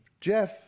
Jeff